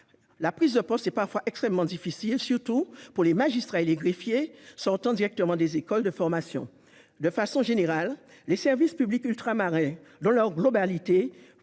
La prise de poste y est parfois extrêmement difficile, surtout pour les magistrats et les greffiers sortant directement des écoles de formation. De façon générale, les services publics ultramarins posent des problèmes